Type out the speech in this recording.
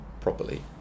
properly